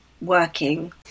working